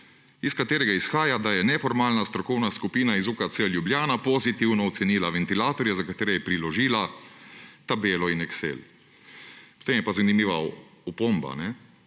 iz katerega izhaja, da je neformalna strokovna skupina iz UKC Ljubljana pozitivno ocenila ventilatorje, za katere je priložila tabelo in excel.« Potem je pa zanimiva opomba: